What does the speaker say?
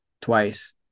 twice